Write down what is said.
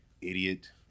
idiot